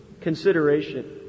Consideration